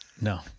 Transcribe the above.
No